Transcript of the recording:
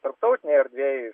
tarptautinėj erdvėj